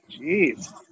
Jeez